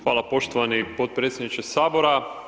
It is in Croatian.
Hvala poštovani potpredsjedniče Sabora.